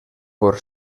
por